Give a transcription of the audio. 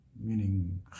meaning